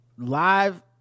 live